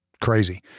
crazy